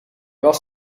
was